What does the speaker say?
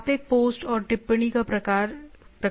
आप एक पोस्ट और टिप्पणी का प्रकार सेट कर सकते हैं